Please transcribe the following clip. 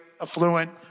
affluent